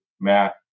Matt